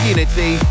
Unity